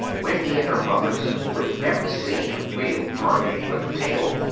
wendy and her brothers, who had never seen a real mermaid with a tail,